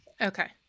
Okay